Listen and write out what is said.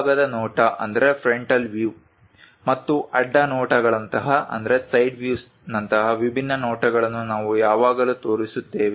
ಮುಂಭಾಗದ ನೋಟ ಮತ್ತು ಅಡ್ಡ ನೋಟಗಳಂತಹ ವಿಭಿನ್ನ ನೋಟಗಳನ್ನು ನಾವು ಯಾವಾಗಲೂ ತೋರಿಸುತ್ತೇವೆ